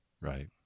Right